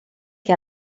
che